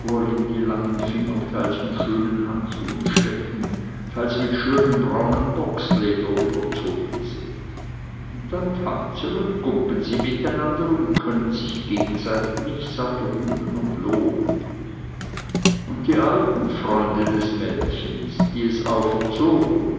die langen finger teils in schönen handschuhen stecken teils mit schönem braunem bocksleder überzogen sind und dann tanzen und gumpen sie mit einander und können sich gegenseitig nicht satt rühmen und loben und die alten freunde des mädchens die es auferzogen